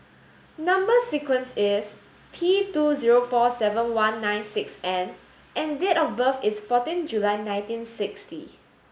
number sequence is T two zero four seven one nine six N and date of birth is fourteen July nineteen sixty